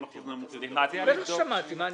--- בטח ששמעתי, מה,